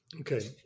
Okay